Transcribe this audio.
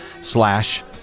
slash